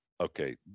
okay